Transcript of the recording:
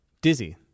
Dizzy